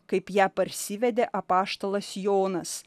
kaip ją parsivedė apaštalas jonas